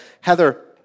Heather